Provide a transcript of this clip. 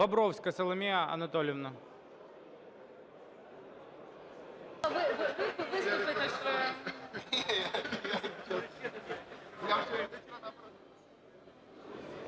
Бобровська Соломія Анатоліївна.